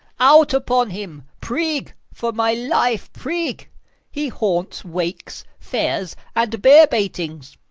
out upon him! prig, for my life, prig he haunts wakes, fairs, and bear-baitings.